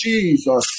Jesus